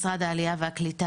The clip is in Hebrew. משרד העלייה והקליטה,